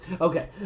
Okay